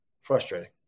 frustrating